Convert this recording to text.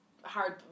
hard